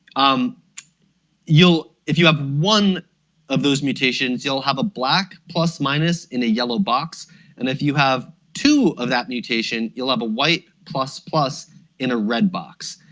um if you have one of those mutations you'll have a black plus minus in a yellow box and if you have two of that mutation you'll have a white plus plus in a red box.